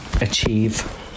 achieve